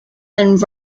and